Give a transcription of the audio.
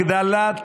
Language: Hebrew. הגדלת